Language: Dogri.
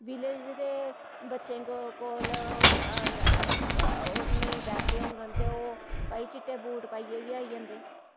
विलेज दे बच्चें कोल नेईं पैसे होङन ते ओह् भाई चिट्टे बूट पाइयै गै आई जंदे